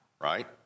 right